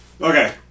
Okay